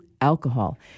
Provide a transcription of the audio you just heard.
alcohol